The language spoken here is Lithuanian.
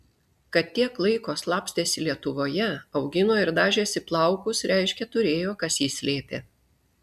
kad tiek laiko slapstėsi lietuvoje augino ir dažėsi plaukus reiškia turėjo kas jį slėpė